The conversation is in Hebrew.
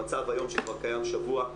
המצב היום שכבר קיים שבוע,